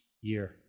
year